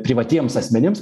privatiems asmenims